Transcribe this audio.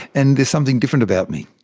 and there's something different about me.